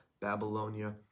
Babylonia